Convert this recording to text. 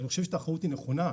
אני חושב שהתחרות היא נכונה,